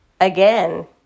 again